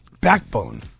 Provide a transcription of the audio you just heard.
Backbone